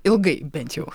ilgai bent jau